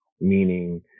meaning